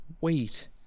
Wait